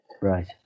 Right